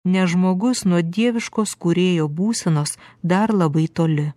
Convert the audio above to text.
nes žmogus nuo dieviškos kūrėjo būsenos dar labai toli